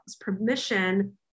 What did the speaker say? permission